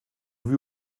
vue